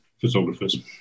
photographers